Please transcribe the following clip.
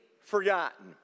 forgotten